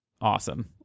awesome